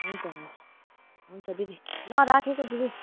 हुन्छ हुन्छ दिदी ल राखेको दिदी